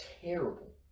terrible